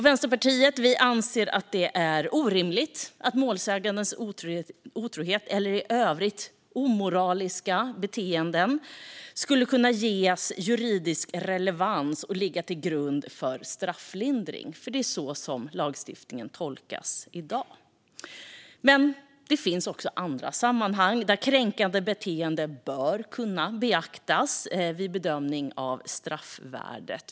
Vänsterpartiet anser att det är orimligt att målsägandens otrohet eller i övrigt omoraliska beteende ska kunna ges juridisk relevans och ligga till grund för strafflindring. Det är så lagstiftningen tolkas i dag. Det finns andra sammanhang där kränkande beteende bör kunna beaktas vid bedömningen av straffvärdet.